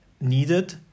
needed